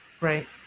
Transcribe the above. Right